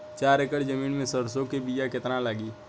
चार एकड़ जमीन में सरसों के बीया कितना लागी?